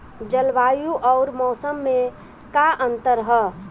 जलवायु अउर मौसम में का अंतर ह?